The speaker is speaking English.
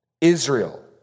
Israel